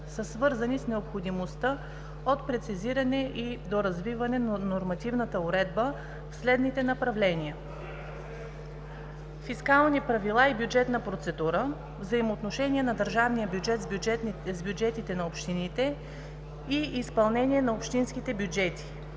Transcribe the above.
са свързани с необходимостта от прецизиране и доразвиване на Нормативната уредба в следните направления: фискални правила и бюджетна процедура; взаимоотношения на държавния бюджет с бюджетите на общините и изпълнение на общинските бюджети;